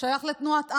שייך לתנועת אמל,